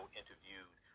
interviewed